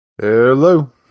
Hello